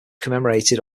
commemorated